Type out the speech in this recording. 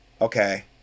okay